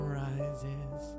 rises